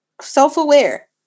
self-aware